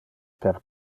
per